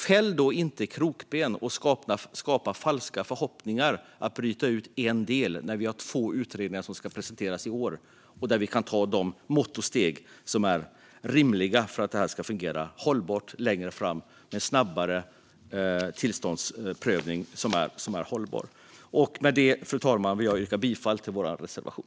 Lägg då inte krokben och skapa falska förhoppningar genom att bryta ut en del när vi har två utredningar som ska presenteras i år! Vi kan ta de mått och steg som är rimliga för att detta ska fungera hållbart längre fram. Det handlar om en snabbare tillståndsprövning som är hållbar. Med det, fru talman, vill jag yrka bifall till vår reservation.